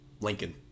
Lincoln